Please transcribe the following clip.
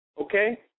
Okay